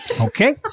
okay